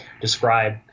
describe